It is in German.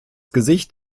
gesicht